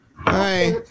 Hi